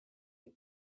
had